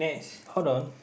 hold on